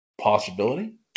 possibility